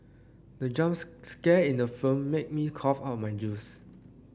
the jumps scare in the film made me cough out my juice